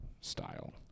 style